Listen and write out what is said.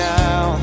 now